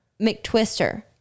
McTwister